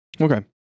Okay